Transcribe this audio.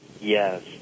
Yes